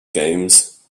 games